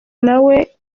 nawe